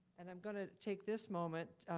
and i'm gonna take this moment,